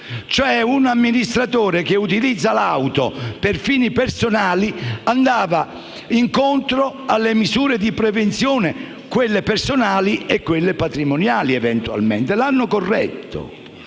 cioè un amministratore che utilizza l'auto per fini personali andava incontro alle misure di prevenzione, quelle personali ed eventualmente quelle patrimoniali. Questo aspetto è stato corretto